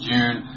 June